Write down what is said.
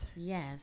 Yes